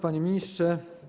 Panie Ministrze!